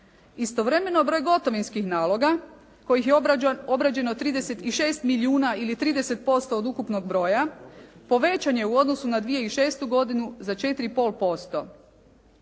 Istovremeno broj gotovinskih naloga kojih je obrađeno 36 milijuna ili 30% od ukupnog broja, povećan je u odnosu na 2006. godinu za 4,5%.